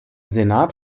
senat